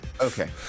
Okay